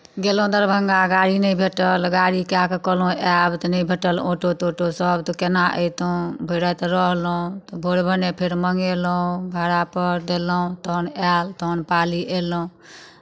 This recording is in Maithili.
गेलहुँ दरभंगा गाड़ी नहि भेटल गाड़ी कए कऽ कहलहुँ आयब तऽ नहि भेटल ऑटो तॉटोसभ तऽ केना अयतहुँ भरि राति रहलहुँ तऽ भोर भयने मङ्गेलहुँ भाड़ापर देलहुँ तहन आयल तहन पाली अयलहुँ